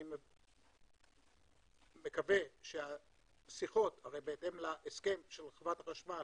אני מקווה שהשיחות הרי בהתאם להסכם של חברת החשמל